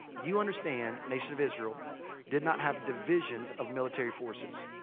you understand nation of israel did not have divisions of military forces.